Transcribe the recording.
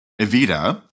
evita